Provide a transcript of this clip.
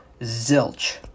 zilch